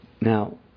Now